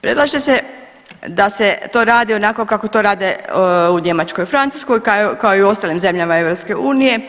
Predlaže se da se to radi onako to rade u Njemačkoj i Francuskoj kao i u ostalim zemljama EU.